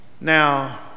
Now